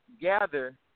gather